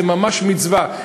זה ממש מצווה.